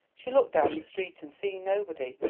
she looked down the street, and seeing nobody,